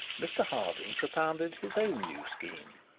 mr harding propounded his own new scheme.